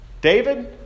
David